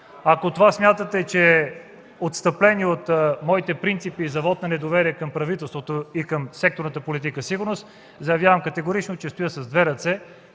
Ако това смятате, че е отстъпление от моите принципи за вот на недоверие към правителството и към секторната политика „Сигурност”, заявявам категорично, че гласувам с две ръце,